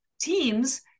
teams